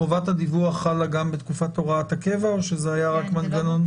חובת הדיווח חלה גם בתקופת הוראת הקבע או שזה היה רק מנגנון?